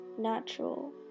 natural